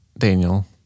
Daniel